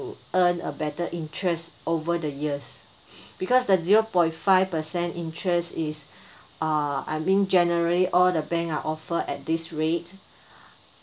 earn a better interest over the years because the zero point five percent interest is uh I mean generally all the bank are offer at this rate